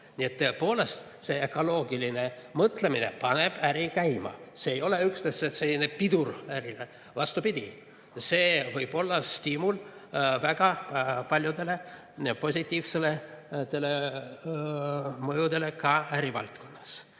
Nii et tõepoolest, ökoloogiline mõtlemine paneb äri käima, see ei ole üksnes pidur ärile. Vastupidi, see võib olla stiimul väga paljudele positiivsetele mõjudele ka ärivaldkonnas. Ja